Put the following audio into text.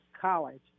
college